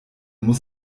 muss